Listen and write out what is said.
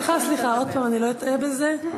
סליחה, סליחה, עוד פעם אני לא אטעה בזה.